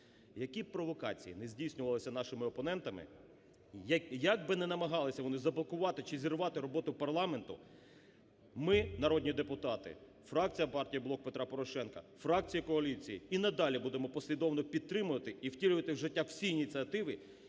Які б провокації не здійснювалися нашими опонентами, як би не намагалися вони заблокувати чи зірвати роботу парламенту, ми, народні депутати, фракція партії "Блок Петра Порошенка", фракції коаліції, і надалі будемо послідовно підтримувати і втілювати в життя всі ініціативи,